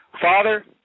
Father